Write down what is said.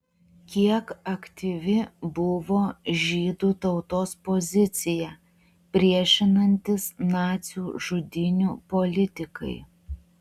kiek aktyvi buvo žydų tautos pozicija priešinantis nacių žudynių politikai